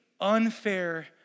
unfair